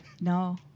No